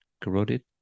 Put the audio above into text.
corroded